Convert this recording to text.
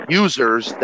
users